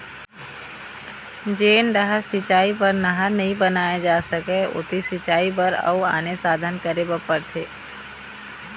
जेन डहर सिंचई बर नहर नइ बनाए जा सकय ओती सिंचई बर अउ आने साधन करे बर परथे